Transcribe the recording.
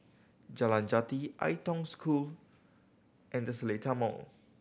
Jalan Jati Ai Tong School and The Seletar Mall